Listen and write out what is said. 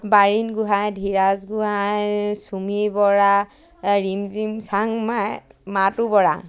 Barin Gohain Dhiraj Gohain Chumi Bora Rimjim Changmai Matu Bora